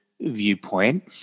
viewpoint